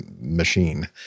machine